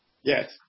Yes